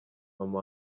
mama